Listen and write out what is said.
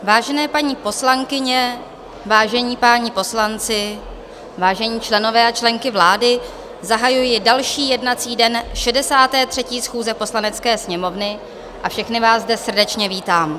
Vážené paní poslankyně, vážení páni poslanci, vážení členové a členky vlády, zahajuji další jednací den 63. schůze Poslanecké sněmovny a všechny vás zde srdečně vítám.